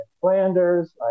Flanders